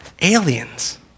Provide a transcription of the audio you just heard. aliens